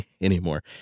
anymore